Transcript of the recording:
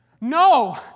No